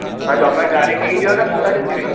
ଭାଇ ତୁମେ ଗାଡ଼ି ନେଇକି ଯିବ ନା ମୁଁ ଗାଡ଼ିରେ ଯିବି